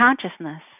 consciousness